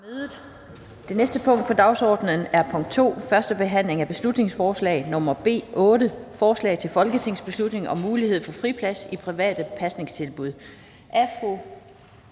Det næste punkt på dagsordenen er: 2) 1. behandling af beslutningsforslag nr. B 8: Forslag til folketingsbeslutning om mulighed for friplads i private pasningstilbud.